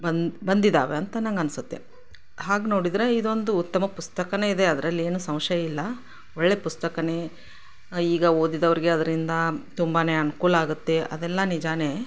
ಬಂದು ಬಂದಿದ್ದಾವೆ ಅಂತ ನನಗ್ ಅನ್ಸುತ್ತೆ ಹಾಗೆ ನೋಡಿದ್ರೆ ಇದೊಂದು ಉತ್ತಮ ಪುಸ್ತಕನೇ ಇದೆ ಅದ್ರಲ್ಲಿ ಏನು ಸಂಶಯ ಇಲ್ಲ ಒಳ್ಳೆಯ ಪುಸ್ತಕನೇ ಈಗ ಓದಿದವರಿಗೆ ಅದರಿಂದ ತುಂಬಾ ಅನುಕೂಲ ಆಗುತ್ತೆ ಅದೆಲ್ಲ ನಿಜಾನೇ